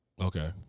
Okay